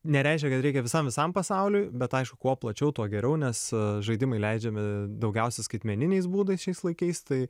nereiškia kad reikia visam visam pasauliui bet aišku kuo plačiau tuo geriau nes žaidimai leidžiami daugiausiai skaitmeniniais būdais šiais laikais tai